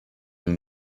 nous